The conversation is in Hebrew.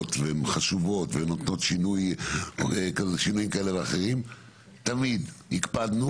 גדולות והן חשובות ונותנות שינויים כאלה ואחרים תמיד הקפדנו